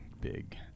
big